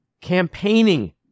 Campaigning